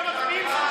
המצביעים שלך.